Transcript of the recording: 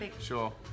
sure